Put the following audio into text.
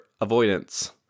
avoidance